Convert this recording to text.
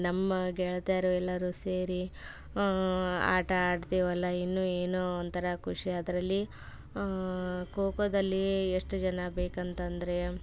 ನಮ್ಮ ಗೆಳತಿಯರು ಎಲ್ಲರೂ ಸೇರಿ ಆಟ ಆಡ್ತೀವಲ್ಲ ಇನ್ನೂ ಏನೋ ಒಂಥರ ಖುಷಿ ಅದರಲ್ಲಿ ಖೋ ಖೋದಲ್ಲಿ ಎಷ್ಟು ಜನ ಬೇಕಂತಂದರೆ